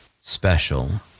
special